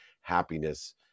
happiness